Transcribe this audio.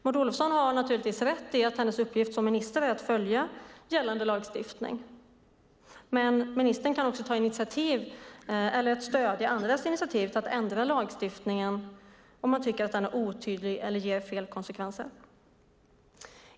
Maud Olofsson har naturligtvis rätt i att hennes uppgift som minister är att följa gällande lagstiftning. Men ministern kan också ta initiativ eller stödja andras initiativ till att ändra lagstiftningen om man tycker att den är otydlig eller ger fel konsekvenser.